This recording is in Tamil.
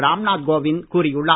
ராம்நாத் கோவிந்த் கூறியுள்ளார்